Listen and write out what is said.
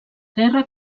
guerra